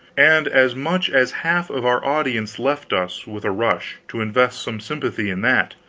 and as much as half of our audience left us, with a rush, to invest some sympathy in that.